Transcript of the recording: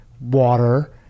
water